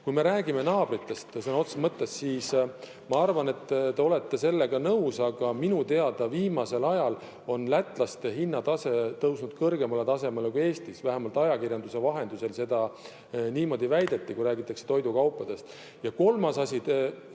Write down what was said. me räägime naabritest, sõna otseses mõttes, siis ma arvan, et te olete sellega nõus: minu teada on viimasel ajal lätlaste hinnatase tõusnud kõrgemale kui Eestis, vähemalt ajakirjanduse vahendusel on seda niimoodi väidetud, kui on räägitud toidukaupadest. Ja kolmas asi,